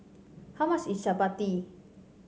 how much is Chapati